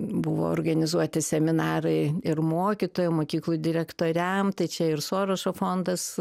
buvo organizuoti seminarai ir mokytojam mokyklų direktoriam tai čia ir sorošo fondas